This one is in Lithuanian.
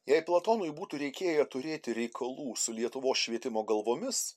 jei platonui būtų reikėję turėti reikalų su lietuvos švietimo galvomis